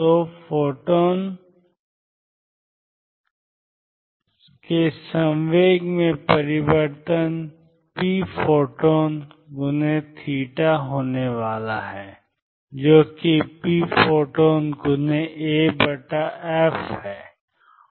तो फोटॉन के संवेग में परिवर्तन pphoton होने वाला है जो कि pphotonaf है